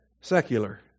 secular